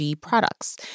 products